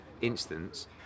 instance